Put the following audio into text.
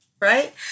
right